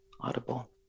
audible